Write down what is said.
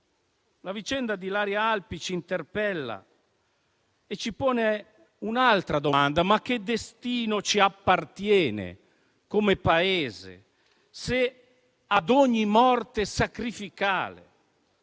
la vicenda di Ilaria Alpi ci interpella e ci pone un'altra domanda: che destino ci appartiene come Paese, se ogni morte sacrificale